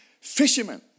fishermen